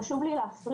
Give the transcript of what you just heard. חשוב לי להפריד,